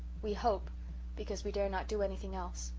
we hope because we dare not do anything else.